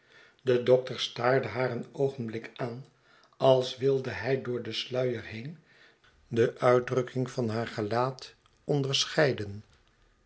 de dokter staarde haar een oogenblik aan als wilde hij door den sluier heen de uitdrukking van haar gelaat onderscheiden